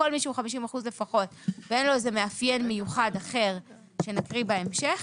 כל מי שהו 50 אחוזים לפחות ואין לו איזה מאפיין מיוחד אחד שנקריא בהמשך,